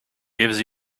gives